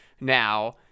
now